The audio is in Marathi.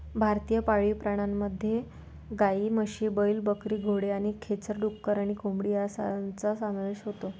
भारतीय पाळीव प्राण्यांमध्ये गायी, म्हशी, बैल, बकरी, घोडे आणि खेचर, डुक्कर आणि कोंबडी यांचा समावेश होतो